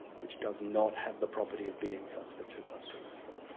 which does not have the property of being such that two plus two is four.